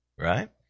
right